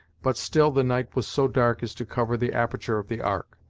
but still the night was so dark as to cover the aperture of the ark.